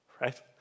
right